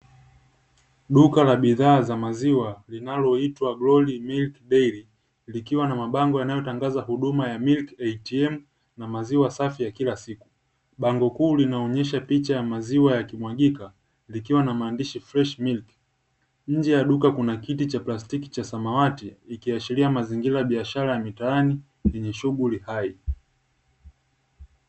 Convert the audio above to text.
Duka la bidha za maziwa linaloitwa "Glory Milk Dairy" likiwa na mabango yanayo tangaza huduma ya "Milk ATM" na maziwa safi ya kila siku. Bango kuu linaonyesha picha ya maziwa yakimwagika likiwa na maandishi "Fresh Milk". Nje ya duka kuna kiti cha plastiki cha samawati, ikiashiria mazingira ya biashara ya mitaani yenye shughuli hai.